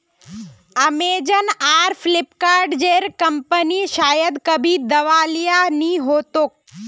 Amazon आर Flipkart जेर कंपनीर शायद कभी दिवालिया नि हो तोक